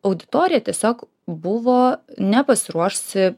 auditorija tiesiog buvo nepasiruošusi